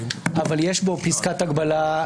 אבל יש בו פסקת הגבלה,